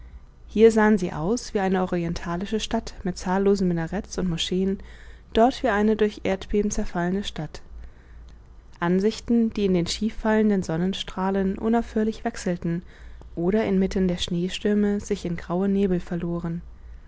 hier sahen sie aus wie eine orientalische stadt mit zahllosen minarets und moscheen dort wie eine durch erdbeben zerfallene stadt ansichten die in den schief fallenden sonnenstrahlen unaufhörlich wechselten oder inmitten der schneestürme sich in graue nebel verloren